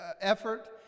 effort